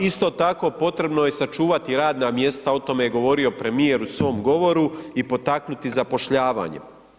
Isto tako potrebno je sačuvati radna mjesta, o tome je govorio premijer u svom govoru i potaknuti zapošljavanje.